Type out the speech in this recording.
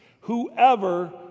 whoever